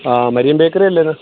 ആ Marian bakery അല്ലേ എന്ന്